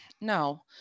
no